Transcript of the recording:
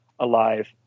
alive